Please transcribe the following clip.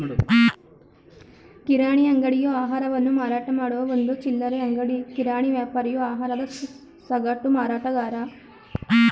ಕಿರಾಣಿ ಅಂಗಡಿಯು ಆಹಾರವನ್ನು ಮಾರಾಟಮಾಡುವ ಒಂದು ಚಿಲ್ಲರೆ ಅಂಗಡಿ ಕಿರಾಣಿ ವ್ಯಾಪಾರಿಯು ಆಹಾರದ ಸಗಟು ಮಾರಾಟಗಾರ